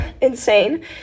insane